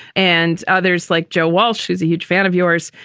and others, like joe walsh is a huge fan of yours,